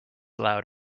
loud